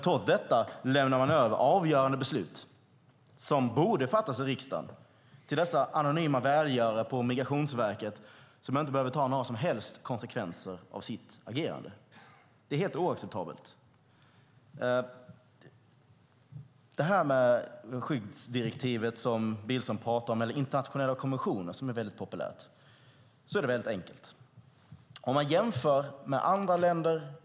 Trots detta lämnar man över avgörande beslut, som borde fattas i riksdagen, till dessa anonyma välgörare på Migrationsverket som inte behöver ta några som helst konsekvenser av sitt agerande. Det är helt oacceptabelt. Angående detta med skyddsgrundsdirektivet, som Billström pratade om, och internationella konventioner, som är något väldigt populärt, är det väldigt enkelt.